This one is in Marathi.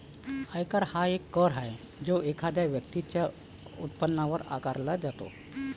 आयकर हा एक कर आहे जो एखाद्या व्यक्तीच्या उत्पन्नावर आकारला जातो